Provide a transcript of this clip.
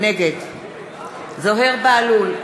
נגד זוהיר בהלול,